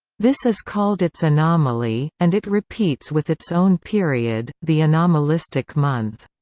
this is called its anomaly, and it repeats with its own period the anomalistic month.